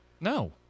No